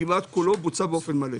כמעט כולו בוצע באופן מלא.